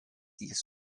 jis